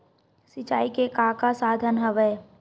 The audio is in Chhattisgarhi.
सिंचाई के का का साधन हवय?